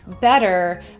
better